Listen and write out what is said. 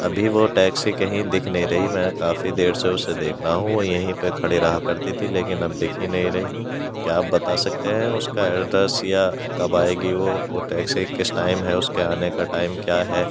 ابھی وہ ٹیکسی کہیں دکھ نہیں رہی میں کافی دیر سے اسے دیکھ رہا ہوں وہ یہیں پہ کھڑی رہا کرتی تھی لیکن اب دکھ ہی نہیں رہی کیا آپ بتا سکتے ہیں اس کا ایڈریس یا کب آئے گی وہ وہ ٹیکسی کس ٹائم ہے اس کے آنے کا ٹائم کیا ہے